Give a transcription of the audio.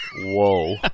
whoa